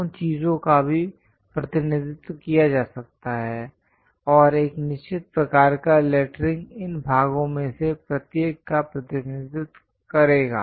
उन चीजों का भी प्रतिनिधित्व किया जा सकता है और एक निश्चित प्रकार का लेटरिंग इन भागों में से प्रत्येक का प्रतिनिधित्व करेगा